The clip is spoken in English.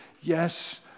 yes